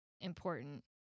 important